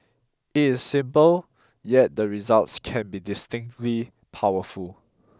is simple yet the results can be distinctly powerful